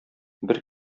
бер